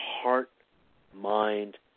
heart-mind